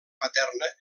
paterna